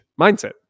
mindset